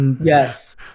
Yes